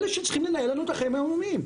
אלה שצריכים לנהל לנו את החיים היומיומיים.